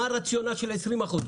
מה הרציונל של 20%?